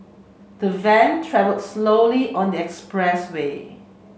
the van travelled slowly on this expressway